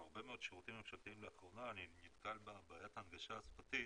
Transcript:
בהרבה מאוד שירותים ממשלתיים לאחרונה אני נתקל בבעיית ההנגשה השפתית.